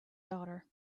daughter